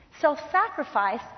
Self-sacrifice